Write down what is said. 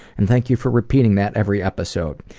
and thank you for repeating that every episode.